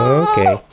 okay